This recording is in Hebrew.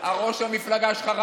ראש המפלגה שלך,